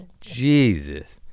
Jesus